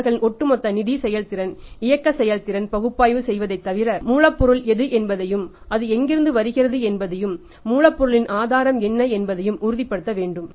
அவர்களின் ஒட்டுமொத்த நிதி செயல்திறன் இயக்க செயல்திறனை பகுப்பாய்வு செய்வதைத் தவிர மூலப்பொருள் எது என்பதையும் அது எங்கிருந்து வருகிறது என்பதையும் மூலப்பொருளின் ஆதாரம் என்ன என்பதையும் உறுதிப்படுத்த வேண்டும்